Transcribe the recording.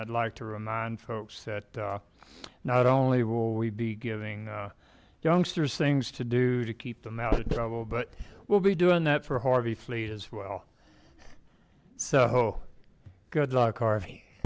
i'd like to remind folks that not only will we be giving youngsters things to do to keep them out of trouble but we'll be doing that for harvey fleet as well so good luck harvey